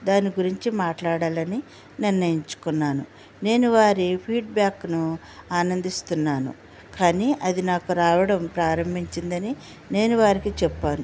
దాని గురించి మాట్లాడాలని నిర్ణయించుకున్నాను నేను వారి ఫీడ్బ్యాక్ను ఆనందిస్తున్నాను కానీ అది నాకు రావడం ప్రారంభించిందని నేను వారికి చెప్పాను